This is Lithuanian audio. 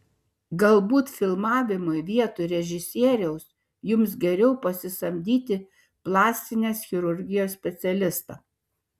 galbūt filmavimui vietoj režisieriaus jums geriau pasisamdyti plastinės chirurgijos specialistą